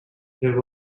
there